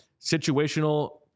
situational